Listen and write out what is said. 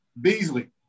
Beasley